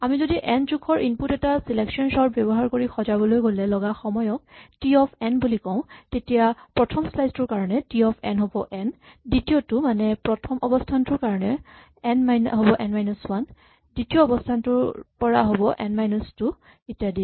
আমি যদি এন জোখৰ ইনপুট এটা চিলেকচন চৰ্ট ব্যৱহাৰ কৰি সজাবলৈ গ'লে লগা সময়ক টি অফ এন বুলি কওঁ তেতিয়াহ'লে প্ৰথম স্লাইচ টোৰ কাৰণে টি অফ এন হ'ব এন দ্বিতীয়টোৰ মানে প্ৰথম অৱস্হানটোৰ কাৰণে হ'ব এন মাইনাচ ৱান দ্বিতীয় অৱস্হানটোৰ পৰা হ'ব এন মাইনাচ টু ইত্যাদি